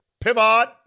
Pivot